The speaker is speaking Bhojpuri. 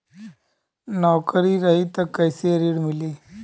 नौकरी रही त कैसे ऋण मिली?